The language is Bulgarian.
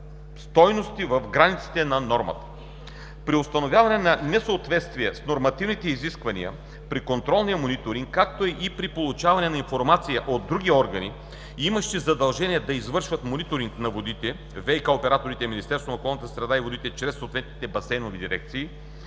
която показва стойности в границите на нормата. При установяване на несъответствие с нормативните изисквания при контролния мониторинг, както и при получаване на информация от други органи, имащи задължение да извършват мониторинг на водите (ВиК операторите, Министерството на околната среда чрез съответните басейнови дирекции),